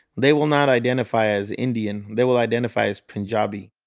they will not identify as indian. they will identify as punjabi.